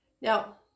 Now